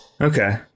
Okay